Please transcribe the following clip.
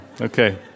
Okay